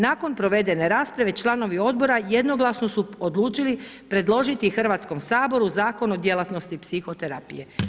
Nakon provedene rasprave članovi Odbora jednoglasno su odlučili predložiti Hrvatskom saboru zakon o djelatnosti psihoterapije.